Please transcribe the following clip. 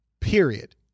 Period